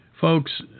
folks